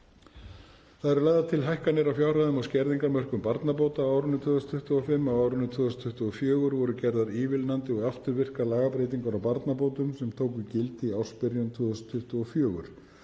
Það eru lagðar til hækkanir á fjárhæðum og skerðingarmörkum barnabóta á árinu 2025. Á árinu 2024 voru gerðar ívilnandi og afturvirkar lagabreytingar á barnabótum sem tóku gildi í ársbyrjun 2024.